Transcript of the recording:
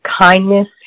kindness